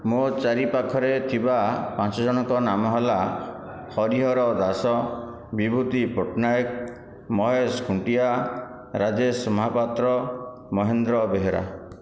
ମୋ ଚାରିପାଖରେ ଥିବା ପାଞ୍ଚ ଜଣଙ୍କ ନାମ ହେଲା ହରିହର ଦାସ ବିଭୂତି ପଟ୍ଟନାୟକ ମହେଶ ଖୁଣ୍ଟିଆ ରାଜେଶ ମହାପାତ୍ର ମହେନ୍ଦ୍ର ବେହେରା